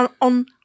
on